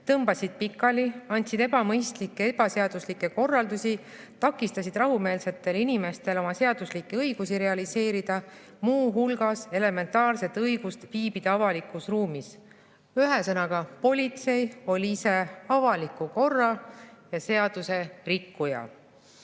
tõmbasid pikali, andsid ebamõistlikke ja ebaseaduslikke korraldusi, takistasid rahumeelsetel inimestel oma seaduslikke õigusi realiseerida, muu hulgas elementaarset õigust viibida avalikus ruumis. Ühesõnaga, politsei oli ise avaliku korra ja seaduse rikkuja.